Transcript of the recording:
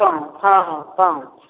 तँ हँ हँ सौँस